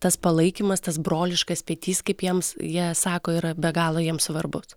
tas palaikymas tas broliškas petys kaip jiems jie sako yra be galo jiems svarbus